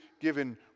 given